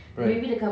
right